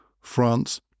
France